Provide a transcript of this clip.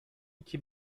iki